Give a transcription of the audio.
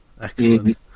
Excellent